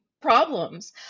problems